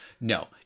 No